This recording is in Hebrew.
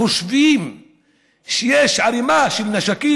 חושבים שיש ערמה של נשקים,